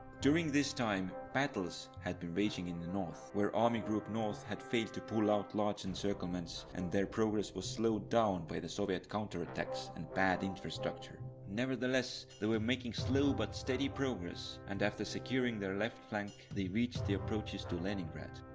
during this time battles had been raging in the north, where army group north had failed to pull out large encirclements and their progress was slowed down by the soviet counterattacks and bad infrastructure. nevertheless, they were making slow but steady progress and after securing their left flank, they reached the approaches to leningrad.